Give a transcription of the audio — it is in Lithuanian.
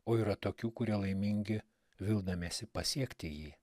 o yra tokių kurie laimingi vildamiesi pasiekti jį